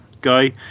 guy